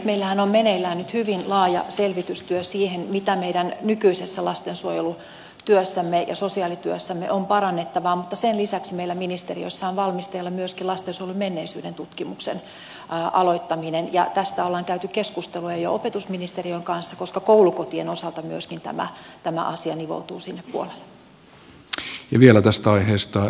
meillähän on meneillään nyt hyvin laaja selvitystyö siitä mitä meidän nykyisessä lastensuojelutyössämme ja sosiaalityössämme on parannettavaa mutta sen lisäksi meillä ministeriössä on valmisteilla myöskin lastensuojelun menneisyyden tutkimuksen aloittaminen ja tästä on käyty keskustelua jo opetusministeriön kanssa koska myöskin koulukotien osalta tämä asia nivoutuu sille puolelle